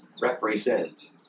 represent